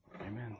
Amen